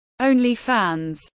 OnlyFans